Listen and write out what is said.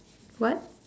what